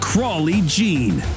Crawley-Jean